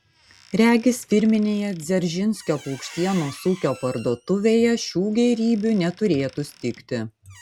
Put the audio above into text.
regis firminėje dzeržinskio paukštienos ūkio parduotuvėje šių gėrybių neturėtų stigti